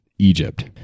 Egypt